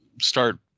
start